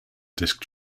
disc